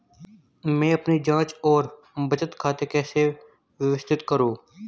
मैं अपनी जांच और बचत खाते कैसे व्यवस्थित करूँ?